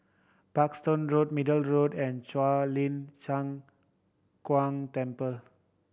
Parkstone Road Middle Road and Shuang Lin Cheng Huang Temple